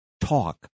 talk